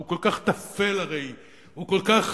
הוא הרי כל כך טפל, הוא כל כך